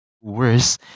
worse